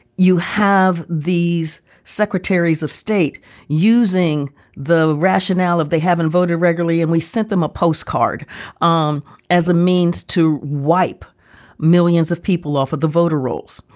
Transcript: you have these secretaries of state using the rationale if they haven't voted regularly and we sent them a postcard um as a means to wipe millions of people off of the voter rolls.